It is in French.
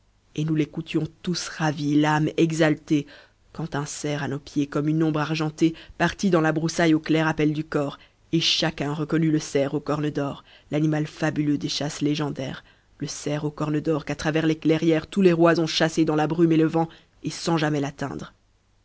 et nous l'écoutions tous ravis l'âme exaltée quand un cerf à nos pieds comme une ombre argentée partit dans la broussaille au clair appel du cor et chacun reconnut le cerf aux cornes d'or l'animal fabuleux des chasses légendaires le cerf aux cornes d'or qu'à travers les clairières tous les rois ont chassé dans la brume et le vent et sans jamais l'atteindre